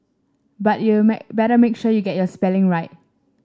but you may better make sure you get your spelling right